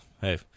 hey